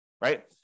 right